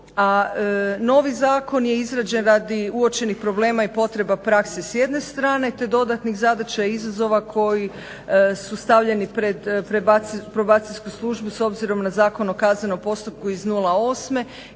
novi zakon je izrađen radi uočenih problema i potreba prakse s jedne strane te dodatnih zadaća i izazova koji su stavljeni pred probacijsku službu s obzirom na Zakon o kaznenom postupku iz '08.